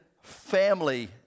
family